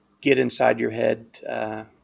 get-inside-your-head